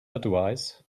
advise